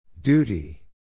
Duty